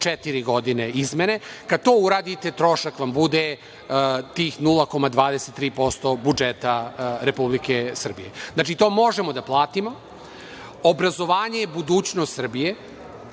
četiri godine izmene. Kada to uradite trošak vam bude, tih 0,23% budžeta Republike Srbije. Znači, to možemo da platimo. Obrazovanje je budućnost Srbije.